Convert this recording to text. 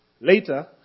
Later